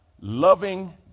Loving